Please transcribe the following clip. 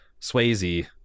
Swayze